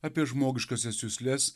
apie žmogiškąsias jusles